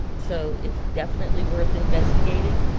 so it's definitely worth investigating.